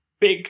big